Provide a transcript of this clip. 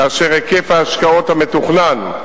כאשר היקף ההשקעות המתוכנן,